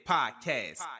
Podcast